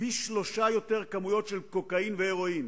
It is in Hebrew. פי-שלושה כמויות של קוקאין והירואין.